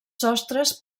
sostres